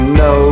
no